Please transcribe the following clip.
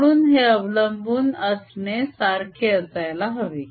म्हणून हे अवलंबून असणे सारखे असायला हवे